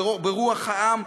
ברוח העם,